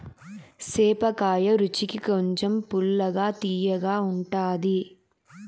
సేపకాయ రుచికి కొంచెం పుల్లగా, తియ్యగా ఉంటాది